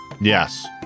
Yes